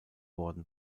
worden